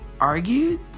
argued